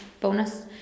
bonus